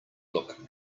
look